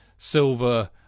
Silver